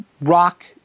rock